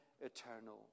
eternal